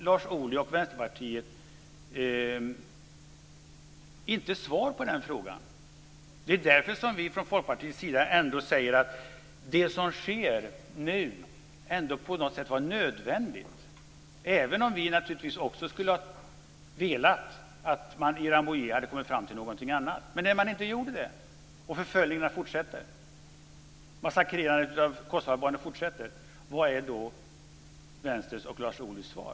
Lars Ohly och Vänsterpartiet har inte svar på min fråga. Därför säger vi från Folkpartiets sida att det som sker nu var nödvändigt, även om vi naturligtvis också skulle ha velat att man kom fram till någonting annat i Rambouillet. Men det gjorde man inte. Förföljelserna och massakrerandet av kosovoalbaner har fortsatt. Vad är vänsterns och Lars Ohlys svar?